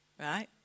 Right